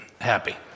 happy